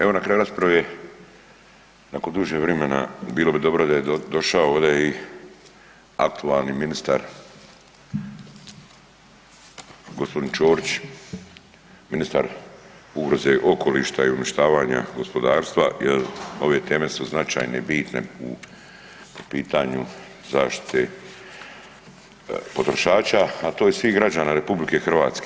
Evo, na kraju rasprave nakon duže vrimena bilo bi dobro da je došao ovde i aktualni ministar gospodin Ćorić, ministar ugroze okoliša i uništavanja gospodarstva jer ove teme su značajne i bitne po pitanju zaštite potrošača, a to je svih građana RH.